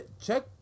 check